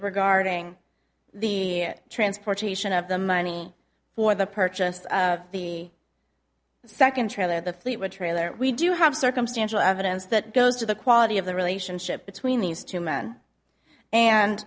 regarding the transportation of the money for the purchased the second trailer the fleet would trailer we do have circumstantial evidence that goes to the quality of the relationship between these two men and